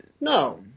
no